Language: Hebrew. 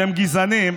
שהם גזענים,